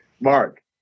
Mark